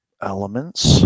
Elements